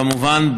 כמובן,